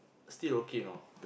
still okay you know